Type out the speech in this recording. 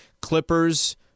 Clippers